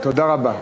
תודה רבה.